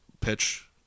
pitch